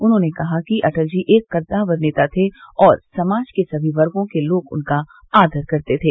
उन्होंने कहा कि अटल जी एक कद्दावर नेता थे और समाज के सभी वर्गों के लोग उनका आदर करते थे